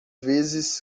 vezes